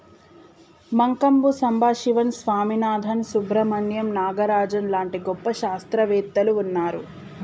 మంకంబు సంబశివన్ స్వామినాధన్, సుబ్రమణ్యం నాగరాజన్ లాంటి గొప్ప శాస్త్రవేత్తలు వున్నారు